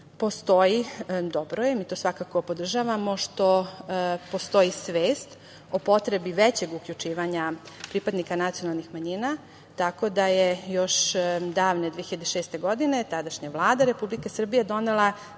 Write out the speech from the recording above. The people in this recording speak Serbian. i dobro je, mi to svakako podržavamo, što postoji svest o potrebi većeg uključivanja pripadnika nacionalnih manjina, tako da je još davne 2006. godine tadašnja Vlada Republike Srbije donela